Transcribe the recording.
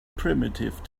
primitive